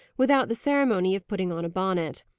without the ceremony of putting on a bonnet.